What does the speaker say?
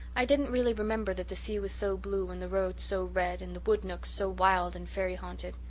i didn't really remember that the sea was so blue and the roads so red and the wood nooks so wild and fairy haunted.